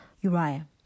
Uriah